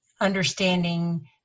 understanding